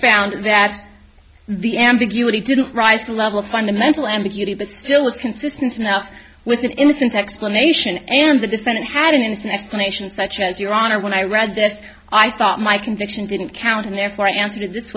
found that the ambiguity didn't rise to a level of fundamental ambiguity but still is consistent enough with an innocent explanation and the defendant had an innocent explanation such as your honor when i read this i thought my conviction didn't count and therefore i answered this